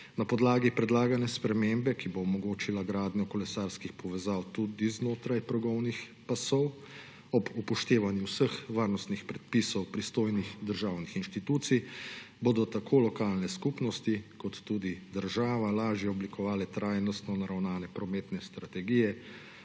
Na podlagi predlagane spremembe, ki bo omogočila gradnjo kolesarskih povezav tudi znotraj progovnih pasov ob upoštevanju vseh varnostnih predpisov pristojnih državnih inštitucij, bodo tako lokalne skupnosti kot tudi država lažje oblikovale trajnostno naravnane prometne strategije,